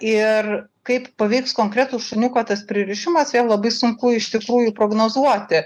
ir kaip paveiks konkretų šuniuką tas pririšimas vėl labai sunku iš tikrųjų prognozuoti